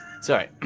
Sorry